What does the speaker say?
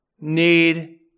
need